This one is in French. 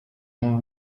jean